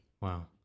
wow